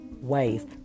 ways